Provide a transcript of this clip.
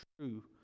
true